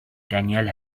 danielle